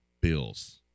Bills